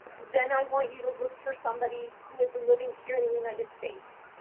then i want you to look for somebody who is living here in the united states.